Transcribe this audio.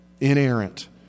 inerrant